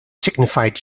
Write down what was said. signified